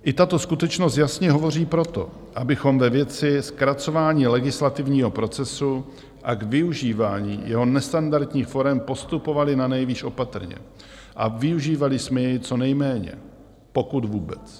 I tato skutečnost jasně hovoří pro to, abychom ve věci zkracování legislativního procesu a k využívání jeho nestandardních forem postupovali nanejvýš opatrně a využívali jsme jej co nejméně, pokud vůbec.